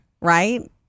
right